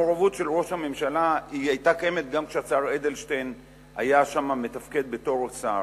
המעורבות של ראש הממשלה היתה קיימת גם כשהשר אדלשטיין תפקד שם בתור שר,